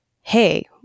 hey